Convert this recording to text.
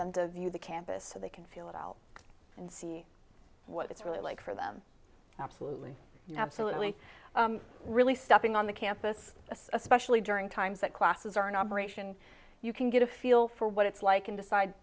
them to view the campus so they can feel it out and see what it's really like for them absolutely absolutely really stopping on the campus especially during times that classes are in operation you can get a feel for what it's like and decide